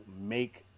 make